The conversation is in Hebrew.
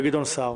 וגדעון סער.